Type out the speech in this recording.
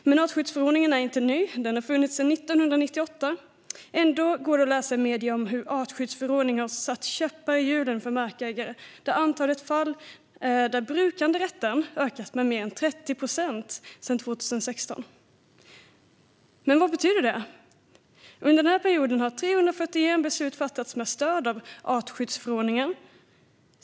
Artskyddsförordningen är inte ny; den har funnits sedan 1998. Ändå går det att läsa i medier om hur artskyddsförordningen har satt käppar i hjulen för markägare. Antalet fall som gäller brukanderätten har ökat med mer än 30 procent sedan 2016. Men vad betyder det? Under denna period har 341 beslut fattats med stöd av artskyddsförordningen.